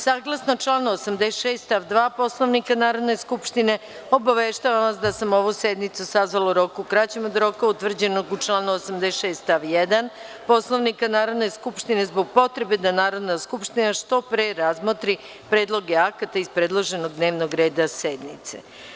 Saglasno članu 86. stav 2. Poslovnika Narodne skupštine, obaveštavam vas da sam ovu sednicu sazvala u roku kraćem od roka utvrđenog u članu 86. stav 1. Poslovnika Narodne skupštine, zbog potrebe da Narodna skupština što pre razmotri predloge akata iz predloženog dnevnog reda sednice.